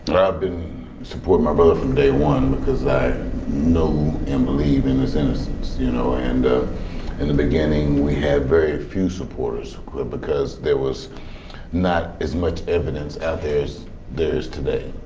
i've been supporting my brother from day one because i know and believe in his innocence, you know and in the beginning, we had very few supporters because there was not as much evidence out there as there is today.